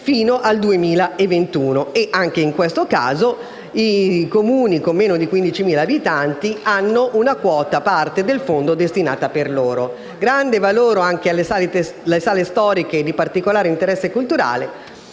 fino al 2021 e anche in questo caso i Comuni con meno di 15.000 abitanti hanno una quota parte del fondo destinata a loro. Viene riconosciuto un grande valore anche alle sale storiche e di particolare interesse culturale: